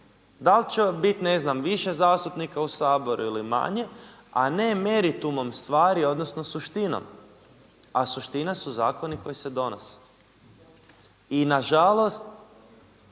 Da li će biti ne znam više zastupnika u Saboru ili manje a ne meritumom stvari odnosno suštinom a suština su zakoni koji se donose. I nažalost,